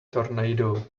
tornado